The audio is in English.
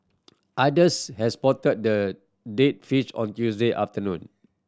others had spotted the dead fish on Tuesday afternoon